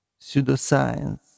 pseudoscience